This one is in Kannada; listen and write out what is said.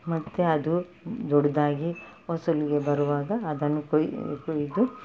ಮತ್ತೆ ಅದು ದೊಡ್ಡದಾಗಿ ಫಸಲಿಗೆ ಬರುವಾಗ ಅದನ್ನು ಕೊಯ್ ಕೊಯ್ದು